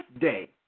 day